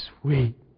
sweet